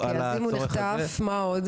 אוקי, אז אם הוא נחטף, מה עוד?